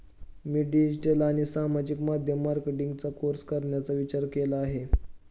मी digital आणि सामाजिक माध्यम मार्केटिंगचा कोर्स करण्याचा विचार केला आहे